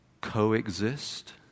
coexist